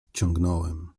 ciągnąłem